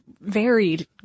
varied